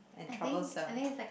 and troublesome